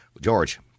George